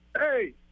hey